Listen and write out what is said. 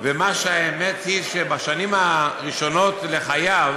והאמת היא שבשנים הראשונות לחייו